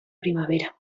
primavera